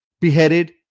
beheaded